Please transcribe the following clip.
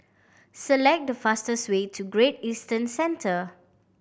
select the fastest way to Great Eastern Centre